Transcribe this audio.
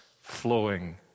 flowing